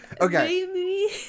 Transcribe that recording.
Okay